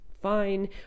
fine